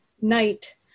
night